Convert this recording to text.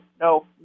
no